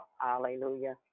Hallelujah